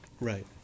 Right